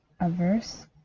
averse